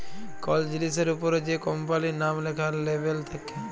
call জিলিসের অপরে যে কম্পালির লাম ল্যাখা লেবেল থাক্যে